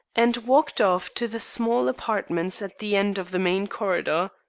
and walked off to the small apartments at the end of the main corridor.